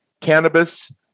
cannabis